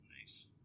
Nice